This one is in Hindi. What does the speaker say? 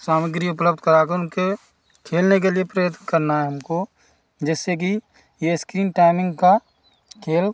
सामग्री उपलब्ध कराकर उनके खेलने के लिए प्रेरित करना है हमको जिससे कि ये इस्क्रीन टैमिंग का खेल